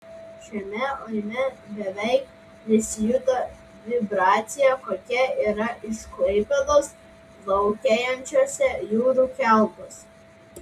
šiame laive beveik nesijuto vibracija kokia yra iš klaipėdos plaukiojančiuose jūrų keltuose